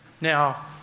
Now